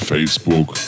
Facebook